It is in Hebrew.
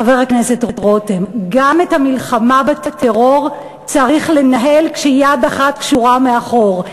חבר הכנסת רותם: גם את המלחמה בטרור צריך לנהל כשיד אחת קשורה מאחור.